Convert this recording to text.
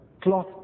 cloth